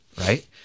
right